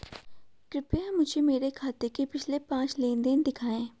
कृपया मुझे मेरे खाते के पिछले पांच लेन देन दिखाएं